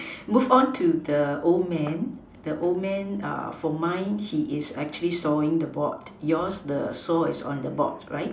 move on to the old man the old man for mine he is actually sawing the board yours the saw is on the board right